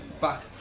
back